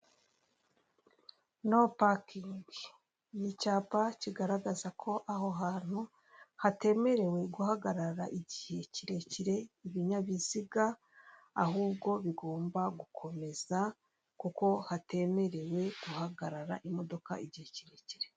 No pakingi ni icyapa kigaragaza ko aho hantu hatemerewe guhagarara igihe kirekire, ibinyabiziga ahubwo bigomba gukomeza kuko hatemerewe guhagarara imodoka igihe kirekire.